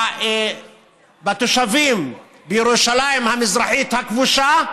בתושבים בירושלים המזרחית הכבושה,